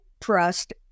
trust